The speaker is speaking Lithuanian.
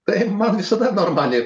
taip man visada normaliai